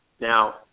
Now